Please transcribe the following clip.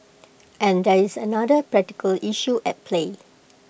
and there is another practical issue at play